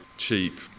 cheap